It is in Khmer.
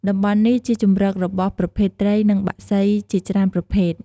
តំបន់នេះជាជម្រករបស់ប្រភេទត្រី និងបក្សីជាច្រើនប្រភេទ។